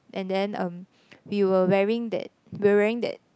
and then um we were wearing that we're wearing that